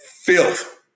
filth